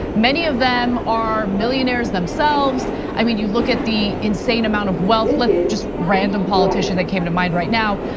many of them are millionaire themselves, i mean, you look at the insane amount of wealth, just random politician that came to mind right now.